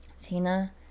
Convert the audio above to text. Tina